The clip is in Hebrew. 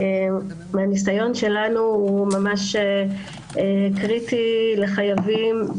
מהניסיון שלנו, הוא ממש קריטי לחייבים.